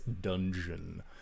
dungeon